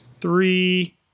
Three